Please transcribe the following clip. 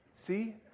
See